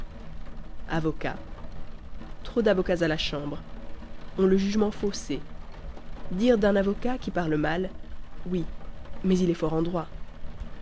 avocats trop d'avocats à la chambre ont le jugement faussé dire d'un avocat qui parle mal oui mais il est fort en droit